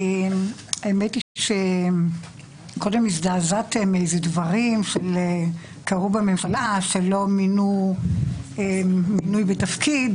האמת היא שקודם הזדעזעתם מאיזה דברים שקרו בממשלה שלא מינו מינוי בתפקיד